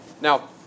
Now